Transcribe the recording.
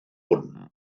hwn